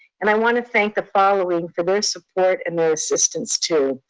and i wanna thank the following for their support and their assistance too.